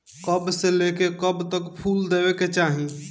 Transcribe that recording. कब से लेके कब तक फुल देवे के चाही?